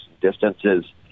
distances